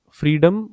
freedom